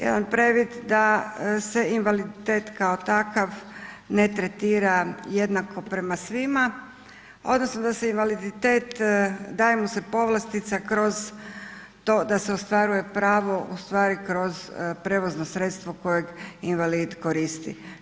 Jedan previd da se invaliditet kao takav ne tretira jednako prema svima odnosno da se invaliditet daje mu se povlastica kroz to da se ostvaruje pravo u stvari kroz prevozno sredstvo kojeg invalid koristi.